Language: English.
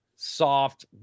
soft